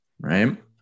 Right